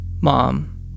Mom